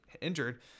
injured